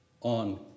on